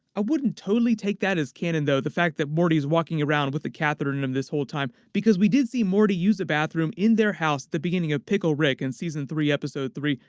i wouldn't totally take that as canon though, the fact that morty is walking around with the catheter and in him this whole time, because we did see morty use a bathroom in their house at the beginning of pickle rick in season three episode three,